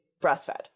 breastfed